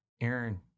aaron